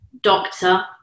doctor